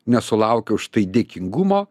nesulaukiau štai dėkingumo